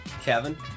Kevin